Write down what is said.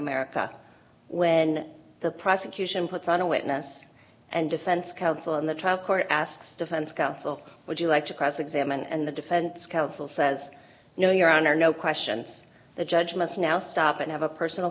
america when the prosecution puts on a witness and defense counsel in the trial court asks defense counsel would you like to cross examine and the defense counsel says no your honor no questions the judge must now stop and have a personal